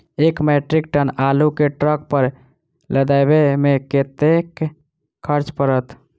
एक metric ton आलु केँ ट्रक पर लदाबै मे कतेक खर्च पड़त?